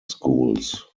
schools